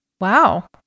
Wow